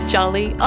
Jolly